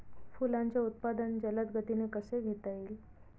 फुलांचे उत्पादन जलद गतीने कसे घेता येईल?